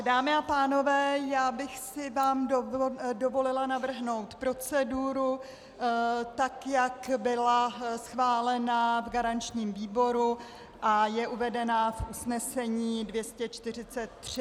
Dámy a pánové, já bych si vám dovolila navrhnout proceduru, tak jak byla schválena v garančním výboru a je uvedena v usnesení 243.